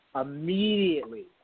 immediately